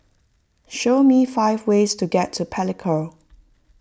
show me five ways to get to Palikir